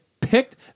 picked